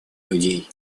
людей